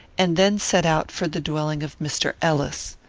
and then set out for the dwelling of mr. ellis.